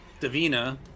Davina